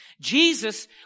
Jesus